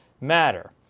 matter